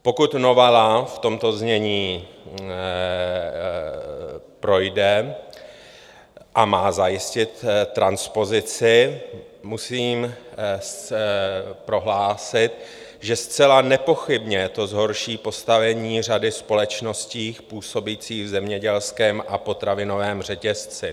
Pokud novela v tomto znění projde a má zajistit transpozici, musím prohlásit, že zcela nepochybně to zhorší postavení řady společností působících v zemědělském a potravinovém řetězci.